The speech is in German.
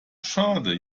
schade